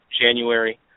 January